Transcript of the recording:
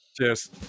cheers